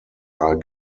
are